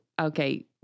Okay